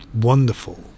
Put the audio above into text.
wonderful